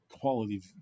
quality